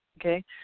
okay